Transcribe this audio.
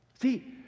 See